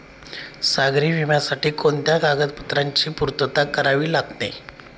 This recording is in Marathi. सागरी विम्यासाठी कोणत्या कागदपत्रांची पूर्तता करावी लागते?